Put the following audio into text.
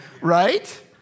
Right